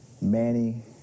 Manny